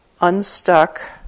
unstuck